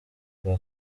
bwa